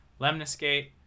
lemniscate